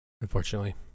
unfortunately